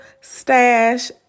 stash